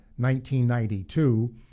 1992